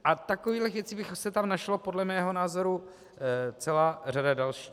A takových věcí by se tam našla podle mého názoru celá řada dalších.